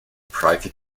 privy